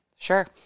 Sure